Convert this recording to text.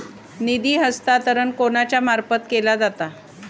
निधी हस्तांतरण कोणाच्या मार्फत केला जाता?